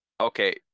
Okay